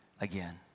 again